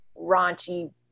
raunchy